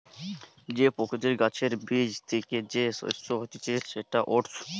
যে প্রকৃতির গাছের বীজ থ্যাকে যে শস্য হতিছে সেটা ওটস